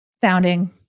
founding